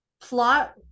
plot